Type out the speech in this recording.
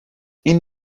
این